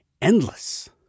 endless